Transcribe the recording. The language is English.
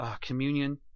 communion